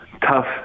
tough